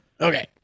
Okay